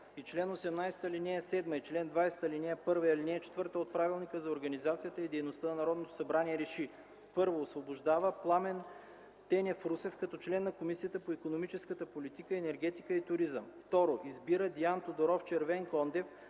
и чл. 18, ал. 7, и чл. 20 ал. 1 и ал. 4 от Правилника за организацията и дейността на Народното събрание РЕШИ: 1. Освобождава Пламен Тенев Русев, като член на Комисията по икономическата политика, енергетика и туризъм. 2. Избира Диан Тодоров Червенкондев